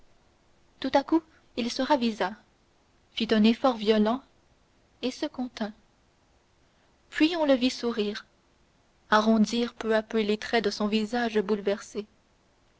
tout à coup il se ravisa fit un effort violent et se contint puis on le vit sourire arrondir peu à peu les traits de son visage bouleversé